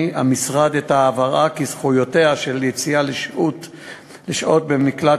הטיפול יועבר בסיום ללשכות המשפטיות במחוזות